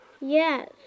Yes